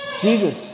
Jesus